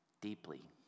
Deeply